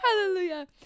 Hallelujah